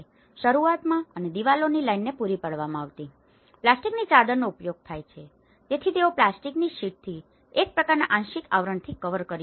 શરૂઆતમાં અને દિવાલોની લાઇનને પૂરી પાડવામાં આવતી પ્લાસ્ટિકની ચાદરનો ઉપયોગ થાય છે તેથી તેઓ પ્લાસ્ટિકની શીટથી એક પ્રકારનાં આંશિક આવરણથી કવર કરી શકાય છે